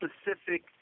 specific